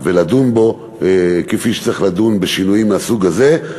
ולדון בו כפי שצריך לדון בשינויים מהסוג הזה.